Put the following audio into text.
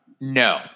No